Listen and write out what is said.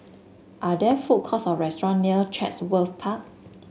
are there food courts or restaurant near Chatsworth Park